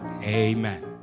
Amen